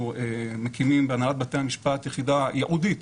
שאנחנו מקימים בהנהלת בתי המשפט יחידה ייעודית